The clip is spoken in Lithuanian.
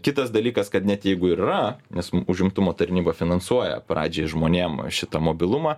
kitas dalykas kad net jeigu ir yra nes užimtumo tarnyba finansuoja pradžiai žmonėm šitą mobilumą